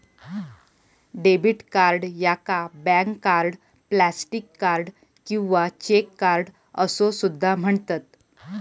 debit card याका bank card, plastic card किंवा cheque card असो सुद्धा म्हणतत